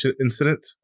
incident